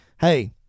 hey